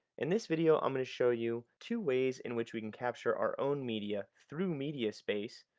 in this video i'm going to show you two ways in which we can capture our own media through mediaspace,